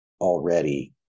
already